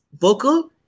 vocal